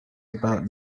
about